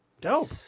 Dope